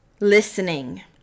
listening